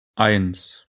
eins